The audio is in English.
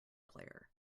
player